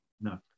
No